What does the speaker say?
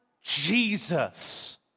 Jesus